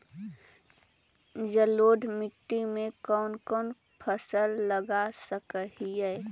जलोढ़ मिट्टी में कौन कौन फसल लगा सक हिय?